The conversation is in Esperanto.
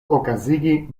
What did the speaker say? okazigi